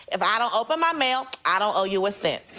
if i don't open my mail, i don't owe you a cent.